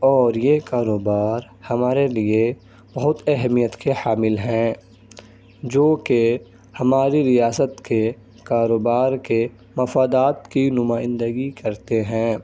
اور یہ کاروبار ہمارے لیے بہت اہمیت کے حامل ہیں جوکہ ہماری ریاست کے کاروبار کے مفادات کی نمائندگی کرتے ہیں